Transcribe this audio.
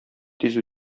тиз